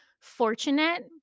fortunate